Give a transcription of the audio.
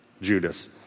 Judas